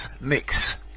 Mix